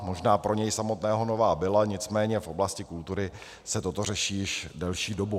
Možná pro něj samotného nová byla, nicméně v oblasti kultury se toto řeší již delší dobu.